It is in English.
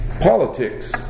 Politics